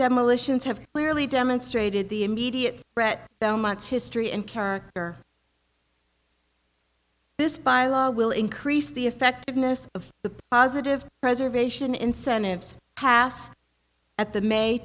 demolitions have clearly demonstrated the immediate threat though much history and character this by law will increase the effectiveness of the positive preservation incentives passed at the may